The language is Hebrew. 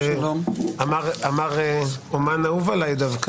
השעה 09:00. על סדר היום ציון במשפט תפדה